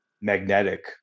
magnetic